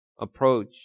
approach